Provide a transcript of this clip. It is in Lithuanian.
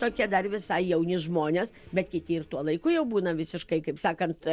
tokie dar visai jauni žmonės bet kiti ir tuo laiku jau būna visiškai kaip sakant